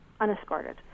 unescorted